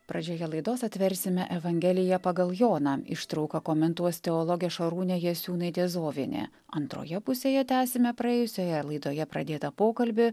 pradžioje laidos atversime evangeliją pagal joną ištrauką komentuos teologė šarūnė jasiūnaitė zovienė antroje pusėje tęsime praėjusioje laidoje pradėtą pokalbį